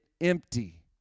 empty